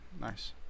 nice